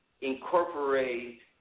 incorporate